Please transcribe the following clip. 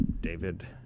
David